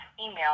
email